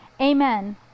Amen